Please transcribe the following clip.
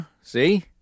See